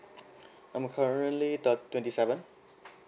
I'm currently thi~ twenty seven